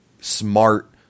smart